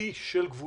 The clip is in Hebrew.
עתידי של גבולותיה,